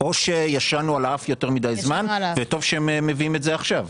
או שישנו על האף יותר מידי זמן וטוב שהם מביאים את זה עכשיו.